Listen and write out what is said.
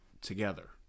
together